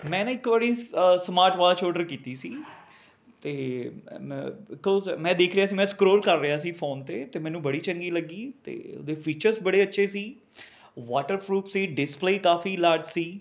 ਮੈਂ ਨਾ ਇੱਕ ਵਾਰੀ ਸਮਾਰਟ ਵਾਚ ਔਡਰ ਕੀਤੀ ਸੀਗੀ ਅਤੇ ਅ ਮ ਬੀਕੋਜ ਮੈਂ ਦੇਖ ਰਿਹਾ ਸੀ ਮੈਂ ਸਕਰੋਲ ਕਰ ਰਿਹਾ ਸੀ ਫੋਨ 'ਤੇ ਅਤੇ ਮੈਨੂੰ ਬੜੀ ਚੰਗੀ ਲੱਗੀ ਅਤੇ ਉਹਦੇ ਫੀਚਰਸ ਬੜੇ ਅੱਛੇ ਸੀ ਵਾਟਰ ਪਰੂਫ ਸੀ ਡਿਸਪਲੇਅ ਕਾਫੀ ਲਾਰਜ ਸੀ